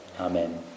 Amen